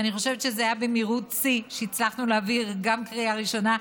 ואני חושבת שזה היה במהירות שיא שהצלחנו להעביר גם קריאה ראשונה,